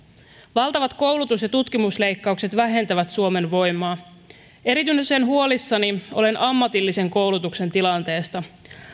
valtavat koulutus ja tutkimusleikkaukset vähentävät suomen voimaa erityisen huolissani olen ammatillisen koulutuksen tilanteesta